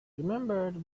remembered